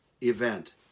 event